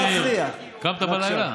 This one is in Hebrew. קושניר, קמת בלילה?